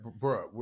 bro